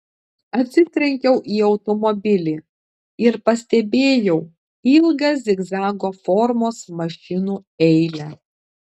atsitrenkiau į automobilį ir pastebėjau ilgą zigzago formos mašinų eilę